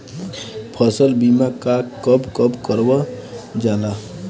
फसल बीमा का कब कब करव जाला?